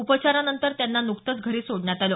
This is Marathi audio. उपचारानंतर त्यांना नुकतचं घरी सोडण्यात आलं